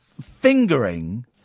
fingering